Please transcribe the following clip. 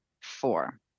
four